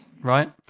Right